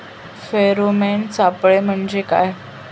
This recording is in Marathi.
फेरोमेन सापळे म्हंजे काय?